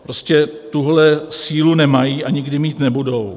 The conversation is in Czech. Prostě tuhle sílu nemají a nikdy mít nebudou.